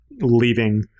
leaving